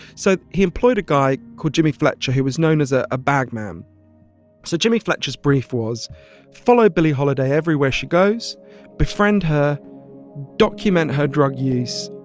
so he employed a guy called jimmy fletcher, who was known as a bagman um so jimmy fletcher's brief was follow billie holiday everywhere she goes befriend her document her drug use,